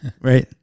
right